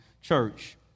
church